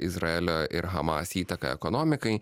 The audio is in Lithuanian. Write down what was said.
izraelio ir hamas įtaką ekonomikai